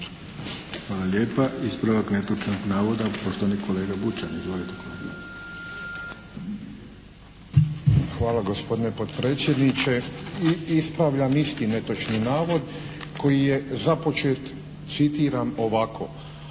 Hvala lijepa. Ispravaka netočnog navoda, poštovani kolega Bućan. Izvolite kolega! **Bućan, Kajo (HDZ)** Hvala gospodine potpredsjedniče. Ispravljam isti netočni navod koji je započet citiram ovako: